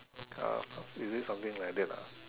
uh is just something like that lah